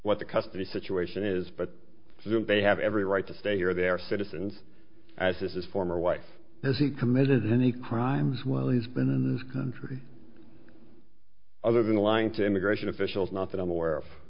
what the custody situation is but since they have every right to stay here they are citizens as his former wife has he committed any crimes while he's been in this country other than lying to immigration officials not that i'm aware of